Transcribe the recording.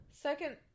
Second